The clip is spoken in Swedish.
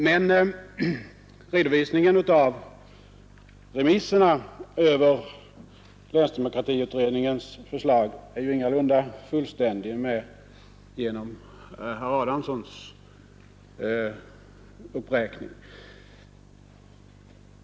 Men redovisningen av remissyttrandena över länsdemokratiutredningens förslag är ingalunda fullständig genom herr Adamssons uppräkning.